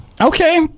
Okay